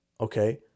Okay